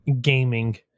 gaming